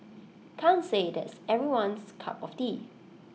can't say that's everyone's cup of tea